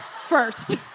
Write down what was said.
First